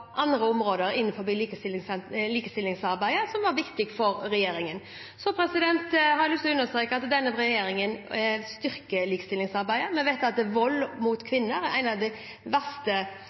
andre områder innenfor likestillingsarbeidet som var viktig for regjeringen. Jeg har lyst til å understreke at denne regjeringen styrker likestillingsarbeidet. Vi vet at vold mot kvinner er en av de